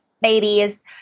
babies